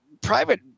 private